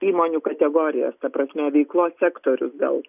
įmonių kategorijas ta prasme veiklos sektorius gal